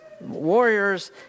warriors